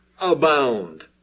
abound